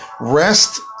Rest